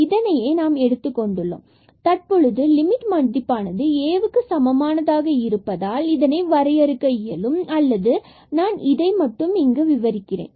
இதையே நாம் எடுத்துக் கொண்டுள்ளோம் மற்றும் தற்பொழுது லிமிட் மதிப்பானது Aக்கு சமமாக இருப்பதால் நம்மால் இதனை வரையறுக்க இயலும் அல்லது நான் இதை மட்டும் விவரிக்கிறேன்